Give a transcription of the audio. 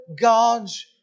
God's